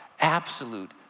absolute